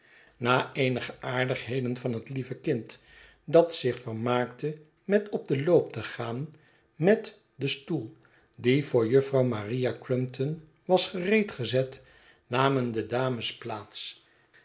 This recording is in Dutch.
na eenige aardigheden van het lieve kind dat zich vermaakte met op den loop te gaan met den stoel die voor juffrouw maria crumpton was gereed gezet namen de dames plaats